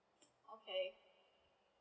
okay